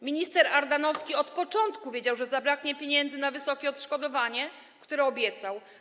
Minister Ardanowski od początku wiedział, że zabraknie pieniędzy na wysokie odszkodowania, które obiecał.